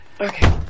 Okay